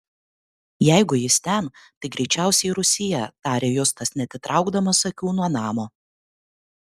jeigu jis ten tai greičiausiai rūsyje tarė justas neatitraukdamas akių nuo namo